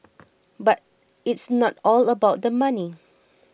but it's not all about the money